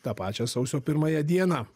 tą pačią sausio pirmąją dieną